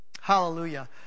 hallelujah